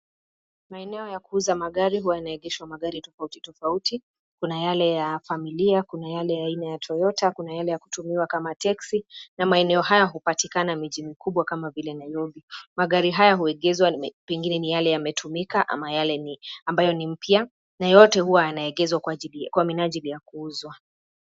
Maeneo ya kuuza magari huwa yanaegeshwa tofauti, kuna yale ya familia, kuna yale ya aina ya toyota, kuna yale ya kutumiwa kama teksi na maeneo haya hupatikana miji mikubwa kama vile Nairobi. Magari haya huegezwa pengine ni yale yametumika, ama yale ni ambayo ni mpya na yote huwa yanaegezwa kwa minajili ya kuuzwa.